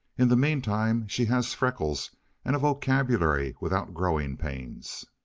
in the meantime she has freckles and a vocabulary without growing pains.